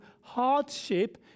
hardship